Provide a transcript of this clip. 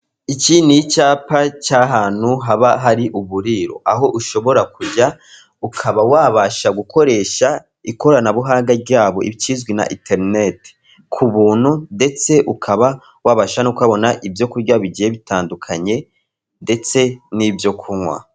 Iki ni icyapa cy'ahantu haba hari uburiro, aho ushobora kujya ukaba wabasha gukoresha ikoranabuhanga ryabo ikizwi nka interineti ku buntu, ndetse ukaba wabasha no kubona ibyo kurya bigiye bitandukanye ndetse n'ibyo kunywa.